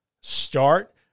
start